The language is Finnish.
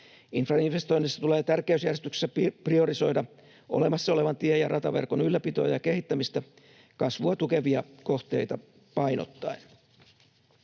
Infrainvestoinneissa tulee tärkeysjärjestyksessä priorisoida olemassa olevan tie- ja rataverkon ylläpitoa ja kehittämistä kasvua tukevia kohteita painottaen.